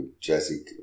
Jesse